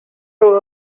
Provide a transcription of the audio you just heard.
over